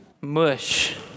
Mush